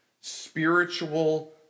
spiritual